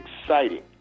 exciting